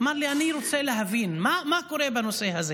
אמר לי: אני רוצה להבין מה קורה בנושא הזה.